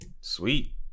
Sweet